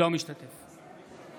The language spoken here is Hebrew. אינו משתתף בהצבעה